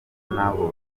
n’abo